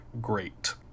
great